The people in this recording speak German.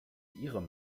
ihre